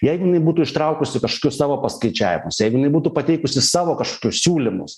jeigu jinai būtų ištraukusi kažkokius savo paskaičiavimus jeigu jinai būtų pateikusi savo kaštus siūlymus